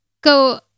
go